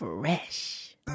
Fresh